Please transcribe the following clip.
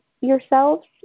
yourselves